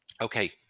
okay